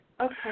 Okay